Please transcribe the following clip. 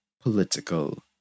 political